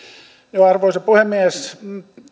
arvoisa puhemies